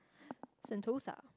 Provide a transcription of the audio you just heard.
sentosa